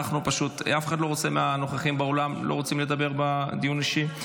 אף אחד מהנוכחים באולם לא רוצה לדבר בדיון האישי?